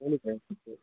கோழி கடை இருக்கு